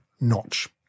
notch